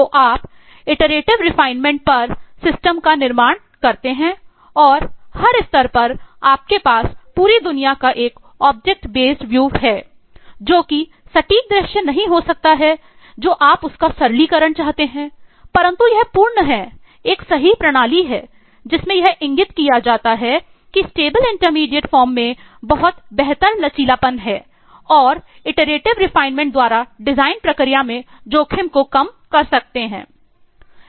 तो आप iterative refinement द्वारा डिज़ाइन प्रक्रिया में जोखिम को कम कर सकते हैं